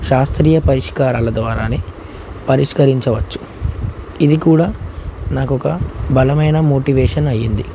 శాస్త్రీయ పరిష్కారాల ద్వారానే పరిష్కరించవచ్చు ఇది కూడా నాకు ఒక బలమైన మోటివేషన్ అయ్యింది